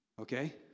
Okay